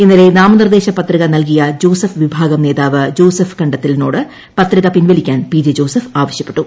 ഇന്നലെ നാമനിർദേശ പത്രിക നൽകിയ ജോസഫ് വിഭാഗം നേതാവ് ജോസഫ് കണ്ടത്തിലിനോട് പത്രിക പിൻവലിക്കാൻ പിജെ ജോസഫ് ആവശ്യപ്പെട്ടു